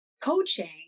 coaching